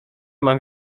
mam